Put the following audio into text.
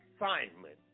assignment